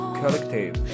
collective